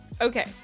Okay